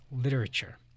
literature